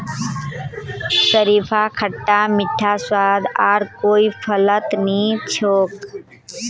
शरीफार खट्टा मीठा स्वाद आर कोई फलत नी छोक